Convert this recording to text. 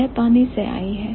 वह पानी से आई है